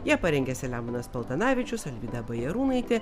ją parengė selemonas paltanavičius alvyda bajarūnaitė